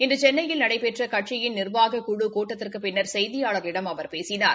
இன்று சென்னையில் நடைபெற்ற கட்சியின் நிர்வாக்குழுக் கூட்டத்திற்குப் பின்னர் செய்தியாள்களிடம் அவர் பேசினார்